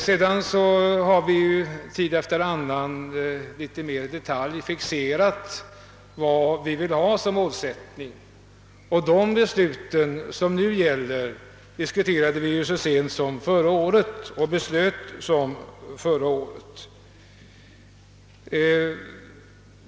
Sedan har vi tid efter annan mera i detalj fixerat målsättningen; de nu gällande besluten diskuterades och fattades ju så sent som förra året.